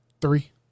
Three